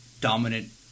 dominant